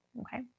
Okay